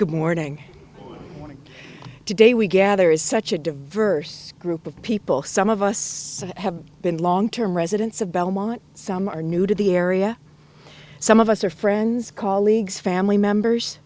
good morning one today we gather is such a diverse group of people some of us have been long term residents of belmont some are new to the area some of us are friends colleagues family members